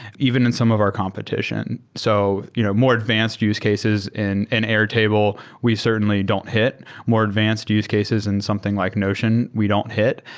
even in some of our competition. so you know more advanced use cases in and airtable, we certainly don't hit. more advanced use cases in something like notion, we don't hit.